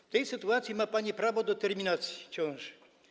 W tej sytuacji ma pani prawo do terminacji ciąży.